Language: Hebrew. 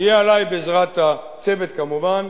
יהיה עלי, בעזרת הצוות, כמובן,